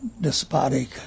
despotic